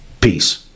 Peace